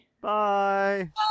Bye